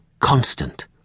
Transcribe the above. constant